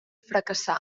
fracassà